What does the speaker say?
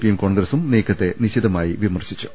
പിയും കോൺഗ്രസും നീക്കത്തെ നിശിതമായി വിമർശിച്ചു